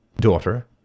daughter